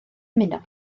ymuno